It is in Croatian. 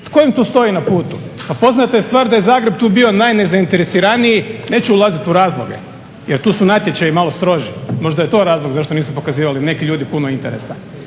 Tko im tu stoji na putu? Pa poznata je stvar da je tu Zagreb bio najnezainteresiraniji, neću ulaziti u razloge jer tu su natječaji malo strožiji. Možda je to razlog zašto nisu pokazivali neki ljudi puno interesa.